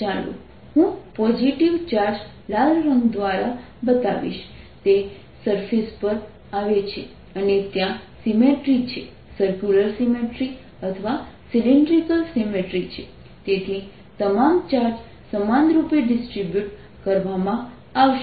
ચાલો હું positive charge લાલ રંગ દ્વારા બતાવીશ તે સરફેસ પર આવે છે અને ત્યાં સિમ્મેટ્રી છે સરક્યુલર સિમ્મેટ્રી અથવા સિલિન્ડ્રિકલ સિમ્મેટ્રી છે તેથી તમામ ચાર્જ સમાનરૂપે ડિસ્ટ્રિબ્યૂટ કરવામાં આવશે